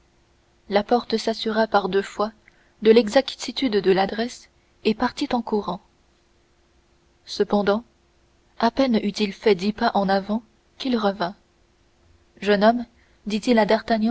la porte s'assura par deux fois de l'exactitude de l'adresse et partit en courant cependant à peine eut-il fait dix pas qu'il revint jeune homme dit-il à